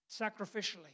sacrificially